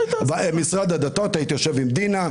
במשרד הדתות הייתי יושב עם דינה,